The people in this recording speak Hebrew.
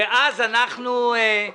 אנחנו לא לומדים מהם ...